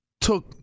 took